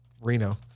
Reno